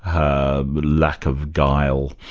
her lack of guile,